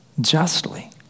justly